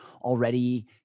already